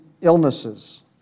illnesses